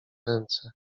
ręce